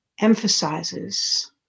emphasizes